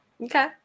Okay